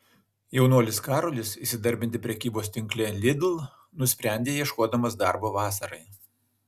jaunuolis karolis įsidarbinti prekybos tinkle lidl nusprendė ieškodamas darbo vasarai